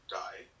die